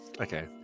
okay